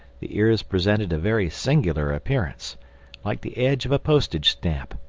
the ears presented a very singular appearance like the edge of a postage-stamp.